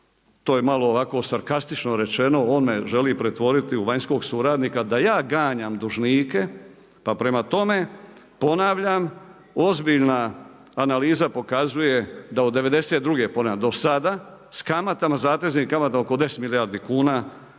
to je malo ovako sarkastično rečeno, on me želi pretvoriti u vanjskog suradnika da ja ganjam dužnike. Pa prema tome, ponavljam ozbiljna analiza pokazuje da od '92. ponavljam do sada s kamatama, zateznim kamatama oko 10 milijardi kuna